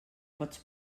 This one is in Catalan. pots